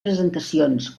presentacions